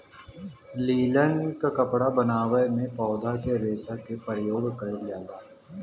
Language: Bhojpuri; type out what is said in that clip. लिनन क कपड़ा बनवले में पौधा के रेशा क परयोग कइल जाला